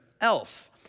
else